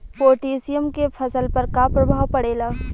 Potassium के फसल पर का प्रभाव पड़ेला?